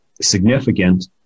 significant